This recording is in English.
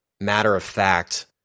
matter-of-fact